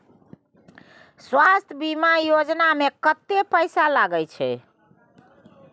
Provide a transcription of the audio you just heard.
स्वास्थ बीमा योजना में कत्ते पैसा लगय छै?